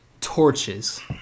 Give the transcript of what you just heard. Torches